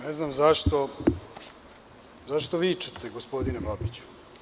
Ne znam zašto vičete, gospodine Babiću?